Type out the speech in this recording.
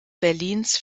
berlins